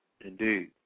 Indeed